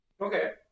Okay